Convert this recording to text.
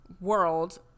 world